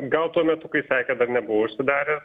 gal tuo metu kai taikė dar nebuvo užsidarę